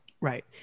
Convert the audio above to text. Right